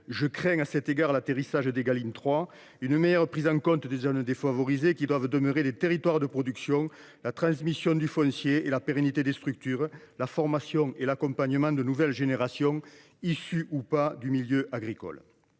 je redoute à cet égard l’atterrissage de la loi Égalim 3 –, ainsi que d’une meilleure prise en compte des zones défavorisées, qui doivent demeurer des territoires de production, la transmission du foncier et la pérennité des structures, et, enfin, la formation et l’accompagnement de nouvelles générations issues ou non du milieu agricole.